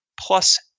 plus